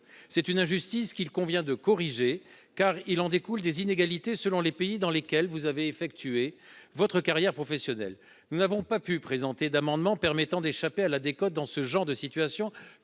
C'est une injustice qu'il convient de corriger car il en découle des inégalités selon les pays dans lesquels vous avez effectué votre carrière professionnelle, nous n'avons pas pu présenter d'amendements permettant d'échapper à la décote dans ce genre de situation,